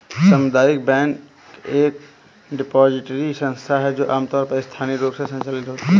सामुदायिक बैंक एक डिपॉजिटरी संस्था है जो आमतौर पर स्थानीय रूप से संचालित होती है